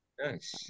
Nice